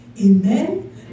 Amen